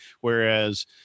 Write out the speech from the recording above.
Whereas